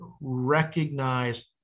recognize